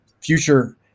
future